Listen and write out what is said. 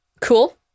Cool